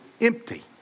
empty